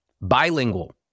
Bilingual